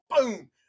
boom